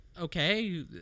okay